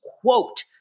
quote